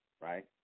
right